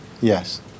Yes